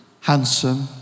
Handsome